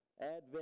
Advent